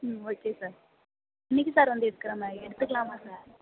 ம் okay sir என்னிக்கி sir வந்து எடுக்கிறா மாதிரி எடுத்துக்கலாமா சார்